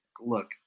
Look